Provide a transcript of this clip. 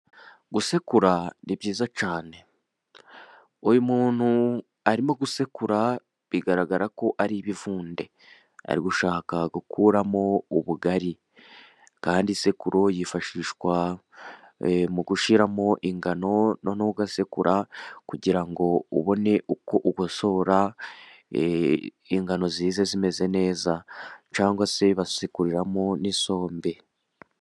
Gusekura ni byiza cyane, uyu muntu arimo gusekura bigaragarako ari ibivunde ari gushaka gukuramo ubugari, kandi isekuro yifashishwa mu gushyiramo ingano noneho ugasekura kugira ngo ubone uko ugosora ingano zize zimeze neza, cyangwa se basekuriramo n'isombe.